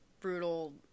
brutal